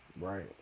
Right